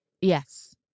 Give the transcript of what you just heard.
Yes